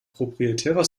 proprietärer